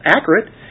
accurate